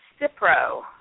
Cipro